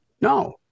No